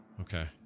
Okay